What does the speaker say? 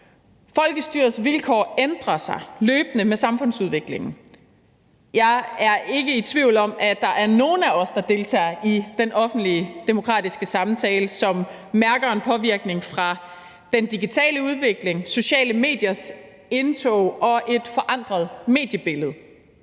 Folkestyrets vilkår ændrer sig løbende med samfundsudviklingen. Jeg er ikke i tvivl om, at der er nogle af os, der deltager i den offentlige demokratiske samtale, som mærker en påvirkning fra den digitale udvikling, de sociale mediers indtog og et forandret mediebillede